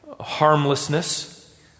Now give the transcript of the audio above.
harmlessness